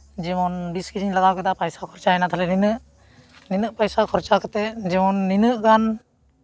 ᱡᱮᱢᱚᱱ ᱵᱤᱥ ᱠᱮᱡᱤᱧ ᱞᱟᱜᱟᱣ ᱠᱮᱫᱟ ᱯᱚᱭᱥᱟ ᱠᱷᱚᱨᱪᱟᱭᱱᱟ ᱛᱟᱦᱞᱮ ᱱᱤᱱᱟᱹᱜ ᱱᱤᱱᱟᱹᱜ ᱯᱚᱭᱥᱟ ᱠᱷᱚᱨᱪᱟ ᱠᱟᱛᱮ ᱡᱮᱢᱚᱱ ᱱᱤᱱᱟᱹᱜ ᱜᱟᱱ